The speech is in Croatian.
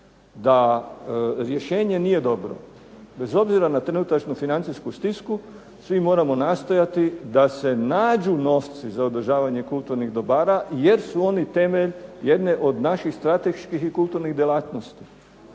da rješenje nije dobro, bez obzira na trenutačnu financijsku stisku svi moramo nastojati da se nađu novci za održavanje kulturnih dobara jer su oni temelj jedne od naših strateških i kulturnih djelatnosti